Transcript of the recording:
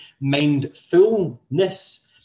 Mindfulness